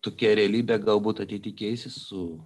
tokia realybė galbūt ateity keisis su